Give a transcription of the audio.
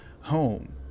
home